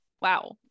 wow